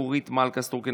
אורית מלכה סטרוק,